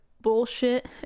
bullshit